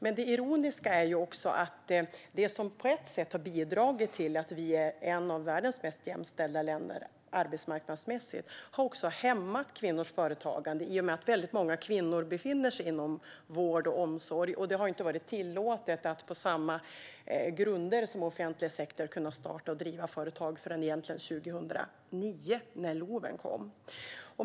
Men det ironiska är att det som på ett sätt har bidragit till att vi arbetsmarknadsmässigt är ett av världens mest jämställda länder också har hämmat kvinnors företagande eftersom många kvinnor arbetar inom vård och omsorg, där det inte har varit tillåtet att på samma grunder som offentlig sektor starta och driva företag förrän 2009, när LOV kom.